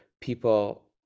people